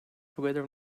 together